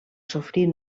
sofrir